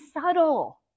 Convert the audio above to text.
subtle